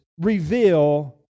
reveal